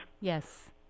Yes